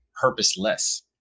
purposeless